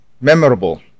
memorable